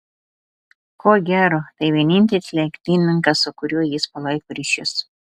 ko gero tai vienintelis lenktynininkas su kuriuo jis palaiko ryšius